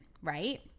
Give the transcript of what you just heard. right